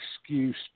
excuse